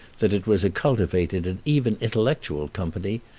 that it was a cultivated and even intellectual company,